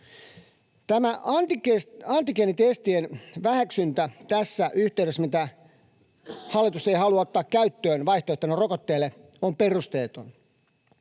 antigeenitestien väheksyntä tässä yhteydessä — se, että hallitus ei halua ottaa niitä käyttöön vaihtoehtona rokotteelle — on perusteeton.